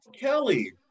Kelly